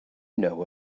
know